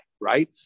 right